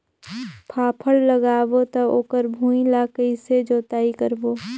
फाफण लगाबो ता ओकर भुईं ला कइसे जोताई करबो?